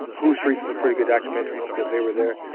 whose streets is a pretty good documentary because they were there,